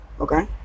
Okay